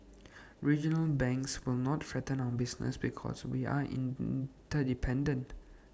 regional banks will not threaten our business because we are in dependent